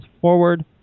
forward